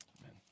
Amen